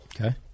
Okay